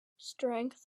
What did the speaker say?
strength